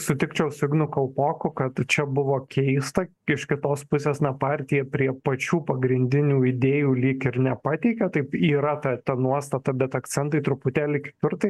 sutikčiau su ignu kalpoku kad čia buvo keista iš kitos pusės na partija prie pačių pagrindinių idėjų lyg ir nepateikia taip yra ta ta nuostata bet akcentai truputėlį kitur tai